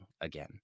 again